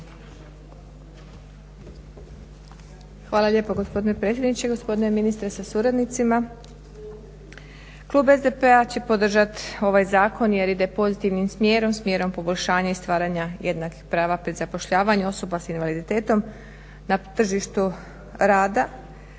Hvala lijepa gospodine predsjedniče. Gospodine ministre sa suradnicima. Klub SDP-a će podržati ovaj zakon jer ide pozitivnim smjerom, smjerom poboljšanja i stvaranja jednakih prava pred zapošljavanje osoba s invaliditetom na tržištu rada,